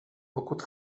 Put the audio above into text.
pokud